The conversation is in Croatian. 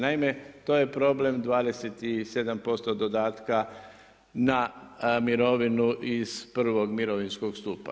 Naime, to je problem 27% dodatka na mirovinu iz prvog mirovinskog stupa.